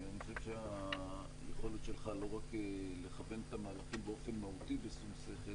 אני חושב שהיכולת שלך לא רק לכוון את המהלכים באופן מהותי בשום שכל,